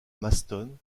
maston